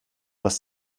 was